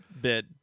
bit